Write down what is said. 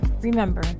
Remember